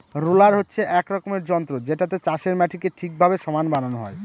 roller হচ্ছে এক রকমের যন্ত্র যেটাতে চাষের মাটিকে ঠিকভাবে সমান বানানো হয়